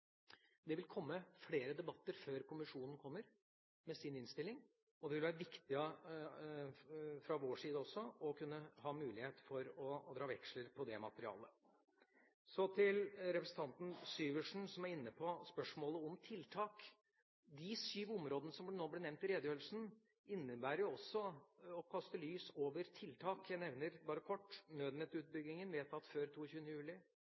det vil komme flere debatter før kommisjonen kommer med sin innstilling, og det vil være viktig fra vår side også å kunne ha mulighet for å dra veksler på det materialet. Så til representanten Syversen, som var inne på spørsmålet om tiltak. De sju områdene som nå ble nevnt i redegjørelsen, innebærer også å kaste lys over tiltak. Jeg nevner bare kort: nødnettutbyggingen vedtatt før 22. juli,